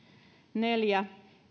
neljä